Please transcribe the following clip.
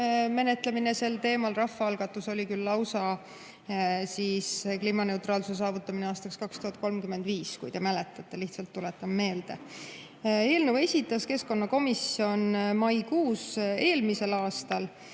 menetlemine sel teemal. Rahvaalgatus oli küll lausa "Kliimaneutraalsuse saavutamine aastaks 2035", kui te mäletate. Lihtsalt tuletan meelde. Eelnõu esitas keskkonnakomisjon maikuus eelmisel aastal